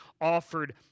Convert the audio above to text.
offered